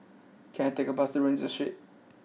can I take a bus to Rienzi Street